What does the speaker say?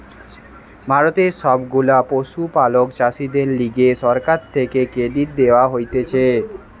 ভারতের সব গুলা পশুপালক চাষীদের লিগে সরকার থেকে ক্রেডিট দেওয়া হতিছে